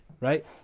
right